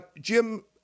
Jim